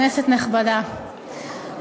כנסת נכבדה,